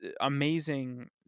amazing